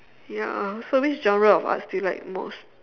ya so which genre of arts do you like most